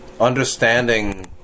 Understanding